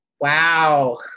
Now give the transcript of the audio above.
Wow